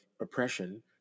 oppression